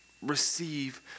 receive